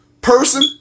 person